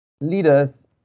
leaders